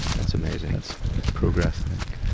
that's amazing. that's progress, i think.